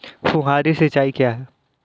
फुहारी सिंचाई क्या है?